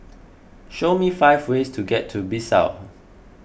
show me five ways to get to Bissau